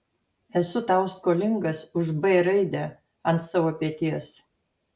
esu tau skolingas už b raidę ant savo peties